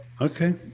Okay